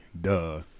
duh